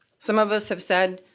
some of us have said,